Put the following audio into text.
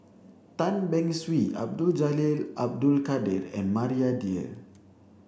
Tan Beng Swee Abdul Jalil Abdul Kadir and Maria Dyer